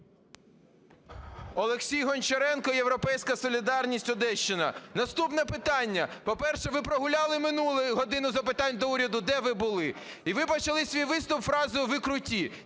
Олексій Гончаренко, "Європейська солідарність", Одещина. Наступне питання. По-перше, ви прогуляли минулу "годину запитань до Уряду". Де ви були? І ви почали свій виступ фразою "ви круті",